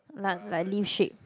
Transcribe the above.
like like leaf shape